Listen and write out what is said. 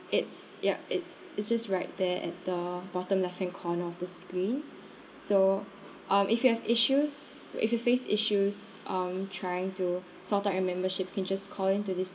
it's ya it's it's just right there at the bottom left hand corner of the screen so um if you have issues if you face issues um trying to sort out your membership you can just call in to this